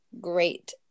great